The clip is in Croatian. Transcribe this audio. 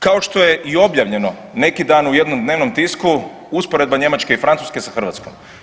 Kao što je i objavljeno neki dan u jednom dnevnom tisku, usporedba Njemačke i Francuske sa Hrvatskom.